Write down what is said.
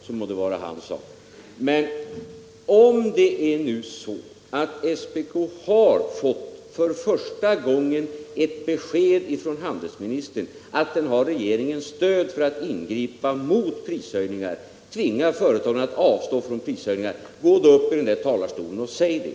— må det vara hans sak, men om det nu är så att SPK för första gången har fått ett besked från handelsministern om regeringens stöd för att ingripa genom att tvinga företagen att avstå från prishöjningar, gå då upp i talarstolen och säg det!